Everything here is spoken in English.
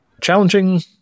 challenging